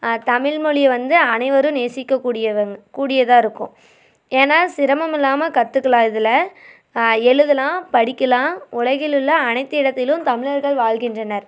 தமிழ்மொழி வந்து அனைவரும் நேசிக்க கூடியவங் கூடியதாக இருக்கும் ஏன்னால் சிரமம் இல்லாமல் கற்றுக்கலாம் இதில் எழுதலாம் படிக்கலாம் உலகில் உள்ள அனைத்து இடத்திலும் தமிழர்கள் வாழ்கின்றனர்